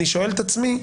אני שואל את עצמי,